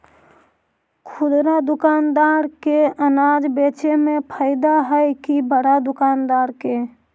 खुदरा दुकानदार के अनाज बेचे में फायदा हैं कि बड़ा दुकानदार के?